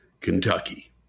Kentucky